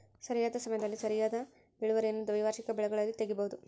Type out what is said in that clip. ಸರಿಯಾದ ಸಮಯದಲ್ಲಿ ಸರಿಯಾದ ಇಳುವರಿಯನ್ನು ದ್ವೈವಾರ್ಷಿಕ ಬೆಳೆಗಳಲ್ಲಿ ತಗಿಬಹುದು